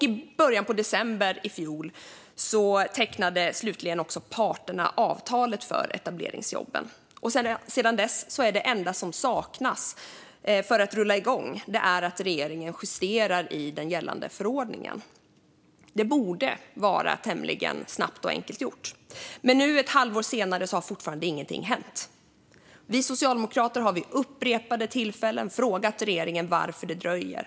I början av december i fjol tecknade slutligen också parterna avtalet om etableringsjobben, och sedan dess är det enda som saknas för att rulla igång att regeringen justerar i den gällande förordningen. Detta borde vara tämligen snabbt och enkelt gjort, men nu ett halvår senare har fortfarande ingenting hänt. Vi socialdemokrater har vid upprepade tillfällen frågat regeringen varför det dröjer.